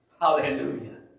Hallelujah